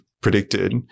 predicted